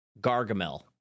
Gargamel